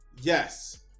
yes